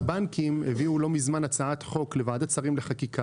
הבנקים הביאו לא מזמן הצעת חוק לוועדת שרים לחקיקה.